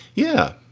yeah,